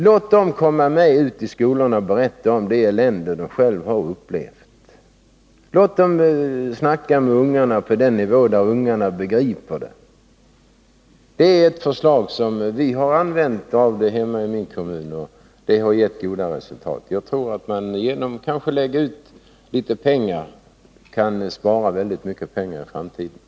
Låt dem komma med ut till skolorna och berätta om det elände som de själva har upplevt! Låt dem snacka med ungarna på den nivå där de begriper! Det är ett sätt som vi har använt hemma i min kommun, och det har givit goda resultat. Jag tror att vi genom att lägga ut litet pengar nu kan spara mycket pengar i framtiden.